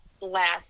last